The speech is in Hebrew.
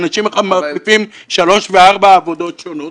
האנשים מחליפים שלוש וארבע עבודות שונות.